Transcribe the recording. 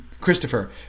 Christopher